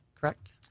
correct